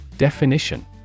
Definition